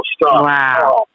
Wow